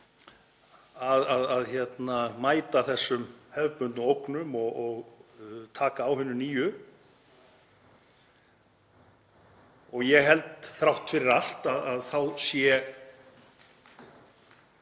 að mæta þessum hefðbundnu ógnum og taka á hinum nýju. Ég held, þrátt fyrir allt, að þessi